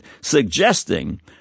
suggesting